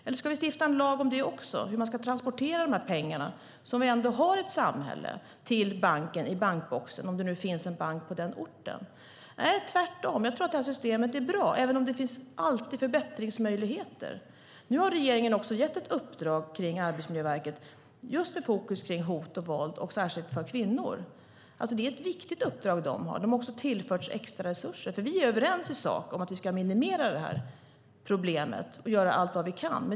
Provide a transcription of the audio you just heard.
Eller ska vi stifta en lag om det också? Ska vi ha en lag om hur man ska transportera de pengar som vi ändå har i ett samhälle till banken och bankboxen, om det nu finns en bank på den orten? Tvärtom tror jag att det här systemet är bra, även om det alltid finns förbättringsmöjligheter. Nu har regeringen också gett ett uppdrag till Arbetsmiljöverket, just med fokus på hot och våld, särskilt mot kvinnor. Det är ett viktigt uppdrag de har. De har också tillförts extra resurser. Vi är överens i sak om att minimera det här problemet och göra allt vi kan.